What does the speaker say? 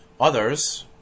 Others